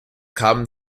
kamen